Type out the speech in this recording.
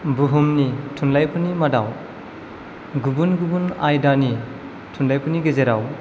बुहुमनि थुनलाइफोरनि मादाव गुबुन गुबुन आयदानि थुनलाइफोरनि गेजेराव